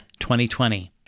2020